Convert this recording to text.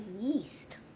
yeast